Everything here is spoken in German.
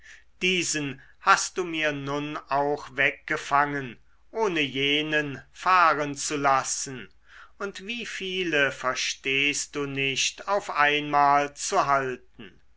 diesen hast du mir nun auch weggefangen ohne jenen fahren zu lassen und wie viele verstehst du nicht auf einmal zu halten